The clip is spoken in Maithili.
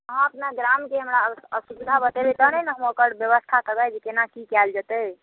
अहाँ अपना ग्रामके हमरा असुविधा बतेबै तखने ने हम ओकर व्यवस्था करबै जे केना की कयल जेतै